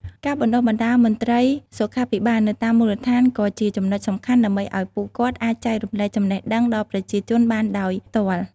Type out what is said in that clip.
ការបណ្តុះបណ្តាលមន្រ្តីសុខាភិបាលនៅតាមមូលដ្ឋានក៏ជាចំណុចសំខាន់ដើម្បីឲ្យពួកគាត់អាចចែករំលែកចំណេះដឹងដល់ប្រជាជនបានដោយផ្ទាល់។